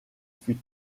fut